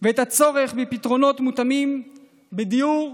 ואת הצורך בפתרונות מותאמים בדיור,